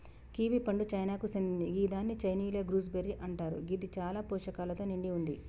kiwi పండు చైనాకు సేందింది గిదాన్ని చైనీయుల గూస్బెర్రీ అంటరు గిది చాలా పోషకాలతో నిండి వుంది